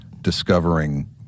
discovering